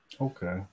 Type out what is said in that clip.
Okay